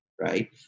right